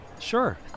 Sure